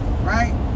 right